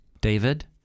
David